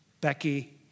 Becky